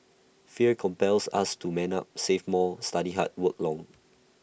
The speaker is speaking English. fear compels us to man up save more study hard work long